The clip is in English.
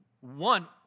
one